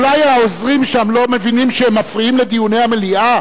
אולי העוזרים שם לא מבינים שהם מפריעים לדיוני המליאה?